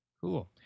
cool